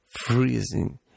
freezing